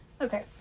Okay